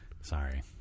Sorry